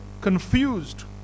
confused